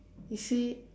you see